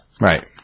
Right